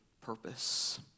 purpose